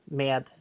med